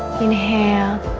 inhale